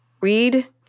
Read